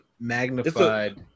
magnified